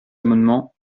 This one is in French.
amendement